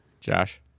Josh